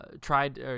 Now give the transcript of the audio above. Tried